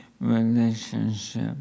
relationship